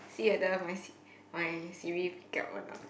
see whether my Si~ my Siri pick up or not